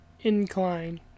incline